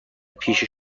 پیش